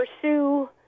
pursue